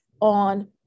on